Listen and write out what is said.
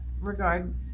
regard